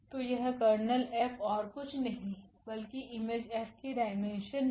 तो यह कर्नेल 𝐹ओर कुछ नहीं बल्कि इमेज F की डाईमेन्शन है